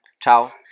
Ciao